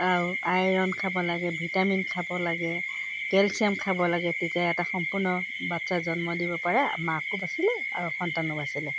আৰু আইৰণ খাব লাগে ভিটামিন খাব লাগে কেলচিয়াম খাব লাগে তেতিয়া এটা সম্পূৰ্ণ বাচ্ছা জন্ম দিব পাৰে মাকো বাচিলে আৰু সন্তানো বাছিলে